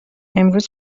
امروز